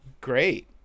great